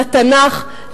לתנ"ך,